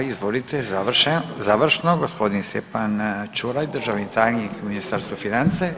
Izvolite završno gospodin Stjepan Čuraj, državni tajnik u Ministarstvu financija.